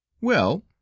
Well